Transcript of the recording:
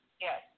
yes